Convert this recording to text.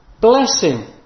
blessing